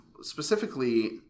specifically